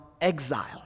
exile